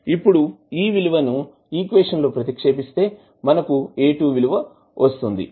ఇప్పుడు ఈ విలువ ని ఈక్వేషన్ లో ప్రతిక్షేపిస్తే మనకు A 2 విలువ వస్తుంది